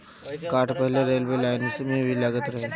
काठ पहिले railway line में भी लागत रहे